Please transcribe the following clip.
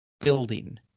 building